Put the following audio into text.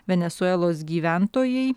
venesuelos gyventojai